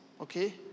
okay